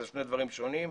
זה שני דברים שונים.